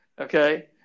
okay